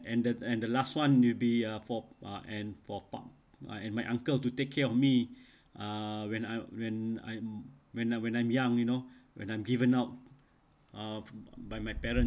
and the and the last [one] will be uh for uh and for I and my uncle to take care of me uh when I when I when I when I'm young you know when I'm given up uh by my parents